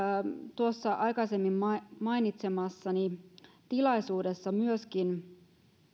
tuossa aikaisemmin mainitsemassani tilaisuudessa myöskin